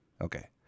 okay